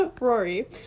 Rory